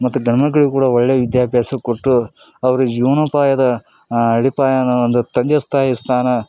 ಮತ್ತು ಗಂಡ್ಮಕ್ಳಿಗೆ ಕೂಡ ಒಳ್ಳೆ ವಿದ್ಯಾಭ್ಯಾಸ ಕೊಟ್ಟು ಅವ್ರಿಗೆ ಜೀವನೋಪಾಯದ ಅಡಿಪಾಯನ ಒಂದು ತಂದೆ ತಾಯಿ ಸ್ಥಾನ